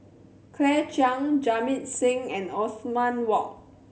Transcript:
Claire Chiang Jamit Singh and Othman Wok